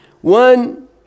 One